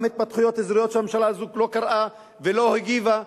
גם התפתחויות אזוריות שהממשלה הזאת לא קראה ולא הגיבה,